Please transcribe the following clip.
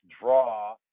draw